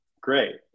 great